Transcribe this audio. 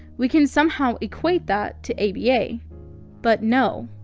we can somehow equate that to aba. but no.